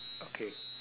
okay